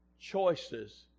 choices